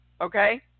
Okay